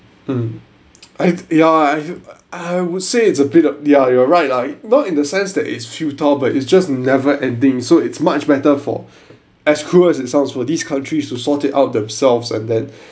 mm I've ya I've I would say it's a bit of you are right ah not in the sense that it is futile but it's just never-ending so it's much better for as cruel as it sounds for these countries to sort it out themselves and that